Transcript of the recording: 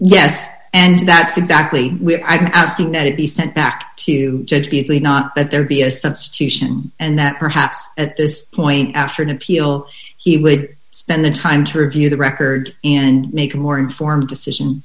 yes and that's exactly what i'm asking that it be sent back to judge beasley not that there be a substitution and that perhaps at this point after an appeal he would spend the time to review the record and make a more informed decision